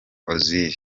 ozil